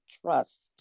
trust